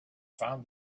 found